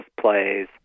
plays